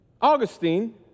Augustine